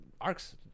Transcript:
arcs